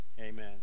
amen